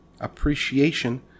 appreciation